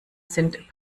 sind